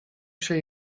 się